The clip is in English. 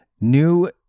new